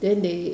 then they